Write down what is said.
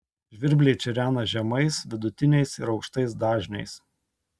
žvirbliai čirena žemais vidutiniais ir aukštais dažniais